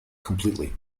completely